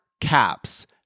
caps